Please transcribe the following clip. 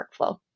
workflow